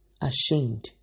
ashamed